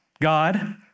God